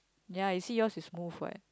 ya you see yours is smooth what